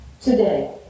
today